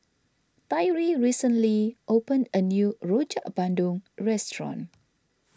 Tyree recently opened a new Rojak Bandung restaurant